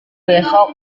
besok